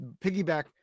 piggyback